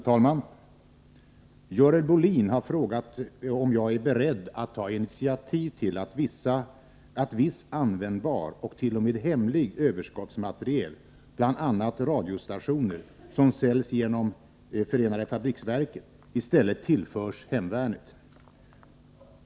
Herr talman! Görel Bohlin frågar om jag är beredd att ta initiativ till att viss användbar och t.o.m. hemlig överskottsmateriel, bl.a. radiostationer, som säljs genom FFV i stället tillförs hemvärnet.